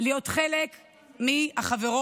להיות חלק מהחברות